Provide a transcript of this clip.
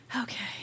okay